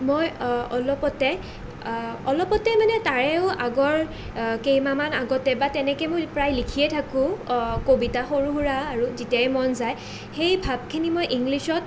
মই অলপতে অলপতে মানে তাৰেও আগৰ কেইমাহমান আগতে বা তেনেকৈ মোৰ প্ৰায় লিখিয়ে থাকোঁ কবিতা সৰু সুৰা আৰু যেতিয়াই মন যায় সেই ভাবখিনি মই ইংলিছত